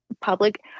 public